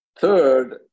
Third